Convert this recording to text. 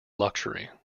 luxury